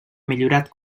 millorat